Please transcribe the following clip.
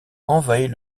envahit